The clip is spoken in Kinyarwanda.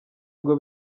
ngo